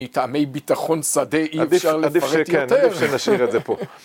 מטעמי ביטחון שדה, אי אפשר לפרט יותר. עדיף שנשאיר את זה פה.